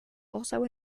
also